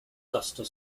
custer